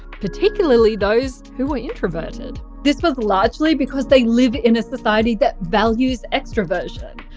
particularly those who were introverted. this was largely because they live in a society that values extraversion.